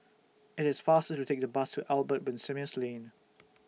IT IS faster to Take The Bus to Albert Winsemius Lane